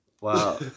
Wow